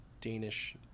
Danish